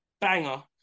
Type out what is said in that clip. banger